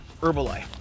Herbalife